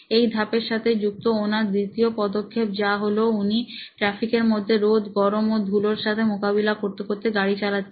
এই ধাপের সাথে যুক্ত ওনার দ্বিতীয় পদক্ষেপ যা হলো উনি ট্রাফিকের মধ্যে রোদ গরম ও ধুলার সাথে মোকাবিলা করতে করতে গাড়ি চালাচ্ছেন